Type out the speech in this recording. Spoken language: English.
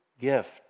gift